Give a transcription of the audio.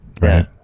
right